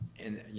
and